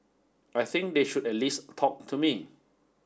I think they should at least talk to me